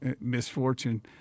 misfortune